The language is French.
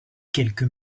quelques